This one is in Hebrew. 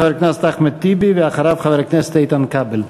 חבר הכנסת אחמד טיבי, ואחריו, חבר הכנסת איתן כבל.